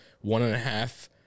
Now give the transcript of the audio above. one-and-a-half